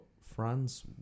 France